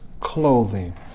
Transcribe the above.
clothing